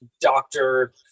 doctor